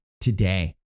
today